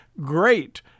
great